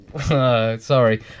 Sorry